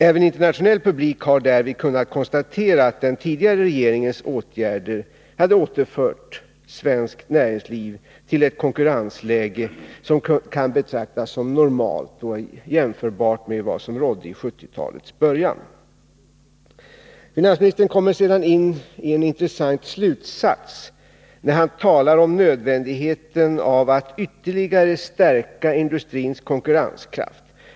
Även internationell publik har därvid kunnat konstatera att den tidigare regeringens åtgärder hade återfört svenskt näringsliv till ett konkurrensläge som kan betraktas som normalt och jämförbart med vad som rådde i 1970-talets början. Finansministern kommer sedan fram till en intressant slutsats, när han talar om nödvändigheten av att ytterligare stärka industrins konkurrenskraft.